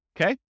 Okay